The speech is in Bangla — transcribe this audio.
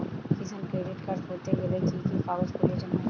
কিষান ক্রেডিট কার্ড করতে গেলে কি কি কাগজ প্রয়োজন হয়?